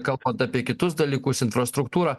kalbant apie kitus dalykus infrastruktūrą